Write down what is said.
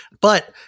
But-